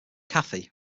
kathy